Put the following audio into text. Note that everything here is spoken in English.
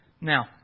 Now